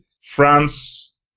France